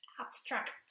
abstract